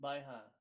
buy !huh!